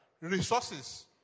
resources